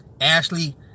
Ashley